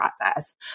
process